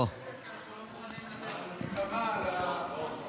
לא מוכנים לתת במה לשר,